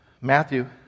Matthew